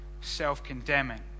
self-condemning